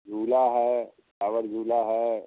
झूला है टावर झूला है